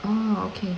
oh okay